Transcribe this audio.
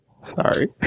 Sorry